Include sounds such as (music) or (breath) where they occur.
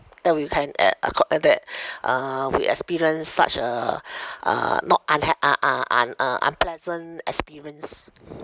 that we can at that (breath) uh we experienced such a uh not unha~ uh uh un~ uh unpleasant experience